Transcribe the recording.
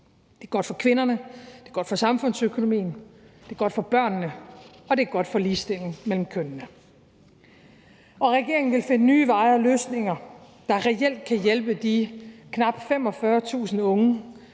Det er godt for kvinderne, det er godt for samfundsøkonomien, det er godt for børnene, og det er godt for ligestillingen mellem kønnene. Regeringen vil finde nye veje og løsninger, der reelt kan hjælpe de knap 45.000 unge,